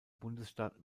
bundesstaat